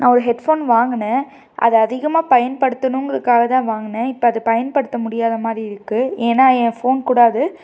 நான் ஒரு ஹெட்ஃபோன் வாங்குனேன் அது அதிகமாக பயன்படுத்தணுங்கிறத்துக்காக தான் வாங்குனேன் இப்போ அதை பயன்படுத்த முடியாத மாதிரி இருக்குது ஏன்னா என் ஃபோன் கூட அது